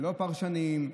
ולא פרשנים,